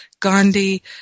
Gandhi